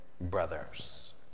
brothers